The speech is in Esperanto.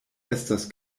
estas